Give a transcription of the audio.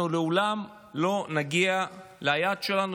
אנחנו לעולם לא נגיע ליעד שלנו,